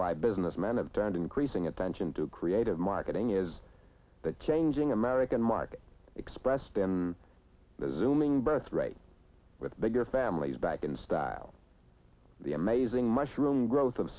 why business men of turned increasing attention to creative marketing is that changing american market expressed in the zooming birth rate with bigger families back in style the amazing mushroom growth of